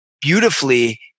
beautifully